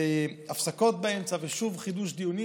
הפסקות באמצע ושוב חידוש דיונים,